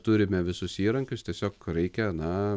turime visus įrankius tiesiog reikia na